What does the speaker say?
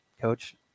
coach